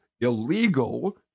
illegal